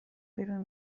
بیرون